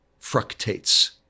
fructates